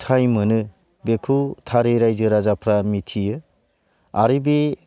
फिथाइ मोनो बेखौ थारै रायजो राजाफोरा मिथियो आरो बे